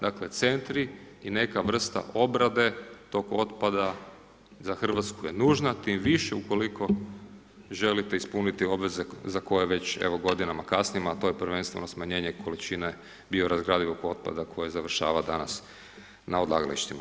Dakle, centri i neka vrsta obrade tog otpada za RH je nužna, tim više ukoliko želite ispuniti obveze za koje već, evo godinama kasnimo, a to je prvenstveno smanjenje količine biorazgradivog otpada koje završava danas na odlagalištima.